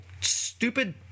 stupid